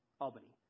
Albany